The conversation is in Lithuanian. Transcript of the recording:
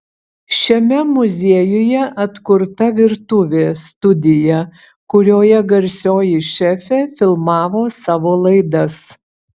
šiame muziejuje atkurta virtuvė studija kurioje garsioji šefė filmavo savo laidas